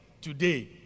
today